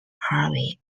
harvey